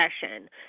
session